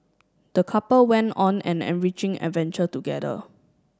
the couple went on an enriching adventure together